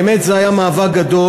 באמת זה היה מאבק גדול.